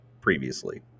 previously